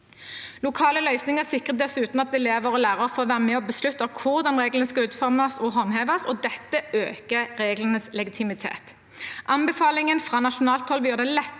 Lokale løsninger sikrer dessuten at elever og lærere får være med og beslutte hvordan reglene skal utformes og håndheves, og dette øker reglenes legitimitet. Anbefalingen fra nasjonalt hold vil gjøre det lettere